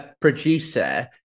producer